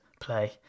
play